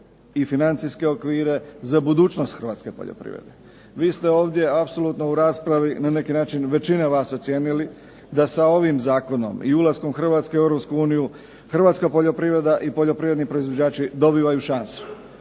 i financijske okvire za budućnost Hrvatske poljoprivrede. Vi ste ovdje apsolutno u raspravi, na neki način, većina vas ocijenili da sa ovim zakonom i ulaskom Hrvatske u Europsku uniju Hrvatska poljoprivreda i poljoprivredni proizvođači dobivaju šansu.